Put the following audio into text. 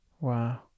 Wow